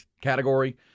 category